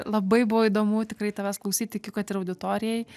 labai buvo įdomu tikrai tavęs klausyt tikiu kad ir auditorijai